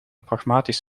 pragmatisch